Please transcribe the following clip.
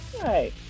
right